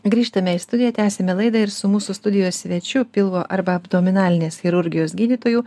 grįžtame į studiją tęsiame laidą ir su mūsų studijos svečiu pilvo arba abdominalinės chirurgijos gydytoju